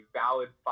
valid